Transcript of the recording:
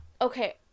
Okay